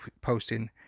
posting